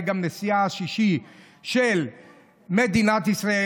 היה גם נשיאה השלישי של מדינת ישראל,